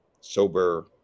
sober